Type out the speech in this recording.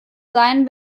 sein